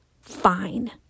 fine